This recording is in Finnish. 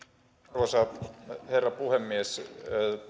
arvoisa herra puhemies